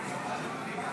לא הבנתי.